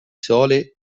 sole